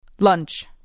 Lunch